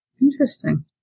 Interesting